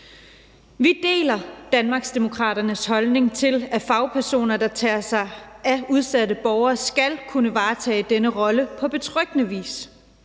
Vi deler Danmarksdemokraternes holdning til, at fagpersoner, der tager sig af udsatte borgere, skal kunne varetage denne rolle på betryggende vis.